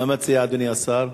מה מציע אדוני השר?